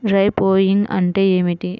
Dry sowing అంటే ఏమిటి?